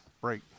break